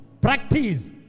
Practice